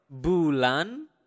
Bulan